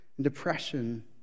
depression